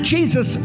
Jesus